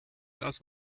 das